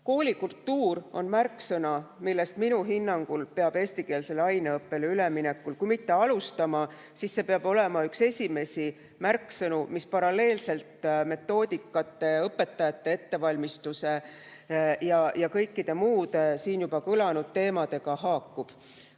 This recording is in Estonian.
"Koolikultuur" on märksõna, millest minu hinnangul peab eestikeelsele aineõppele üleminekul kui mitte alustama, siis vähemalt peab see olema üks esimesi märksõnu, mis paralleelselt metoodika, õpetajate ettevalmistuse ja kõikide muude siin juba kõlanud teemadega haakub.